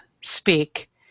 speak